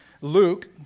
Luke